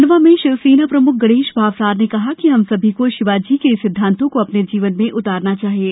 खंडवा में शिवसेना प्रमुख गणेश भावसार ने कहा कि हम सभी को शिवाजी के सिद्धांतों को अपने जीवन में उतारना चाहिये